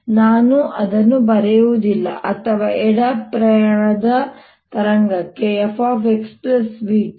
ಹಾಗಾಗಿ ನಾನು ಅದನ್ನು ಬರೆಯುವುದಿಲ್ಲ ಅಥವಾ ಎಡ ಪ್ರಯಾಣದ ತರಂಗಕ್ಕಾಗಿ f xvt